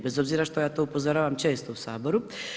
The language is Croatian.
Bez obzira što ja to upozoravam često u Saboru.